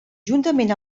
juntament